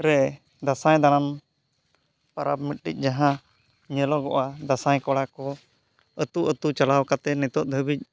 ᱨᱮ ᱫᱟᱸᱥᱟᱭ ᱫᱟᱬᱟᱱ ᱯᱚᱨᱚᱵᱽ ᱢᱤᱫᱴᱤᱡ ᱡᱟᱦᱟᱸ ᱧᱮᱞᱚᱜᱚᱜᱼᱟ ᱫᱟᱸᱥᱟᱭ ᱠᱚᱲᱟ ᱠᱚ ᱟᱹᱛᱩ ᱟᱹᱛᱩ ᱪᱟᱞᱟᱣ ᱠᱟᱛᱮᱫ ᱱᱤᱛᱚᱜ ᱫᱷᱟᱹᱵᱤᱡ